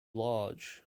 large